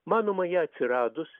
manoma ją atsiradus